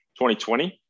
2020